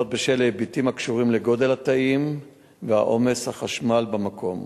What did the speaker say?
בשל היבטים הקשורים לגודל התאים ועומס החשמל במקום.